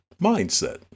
mindset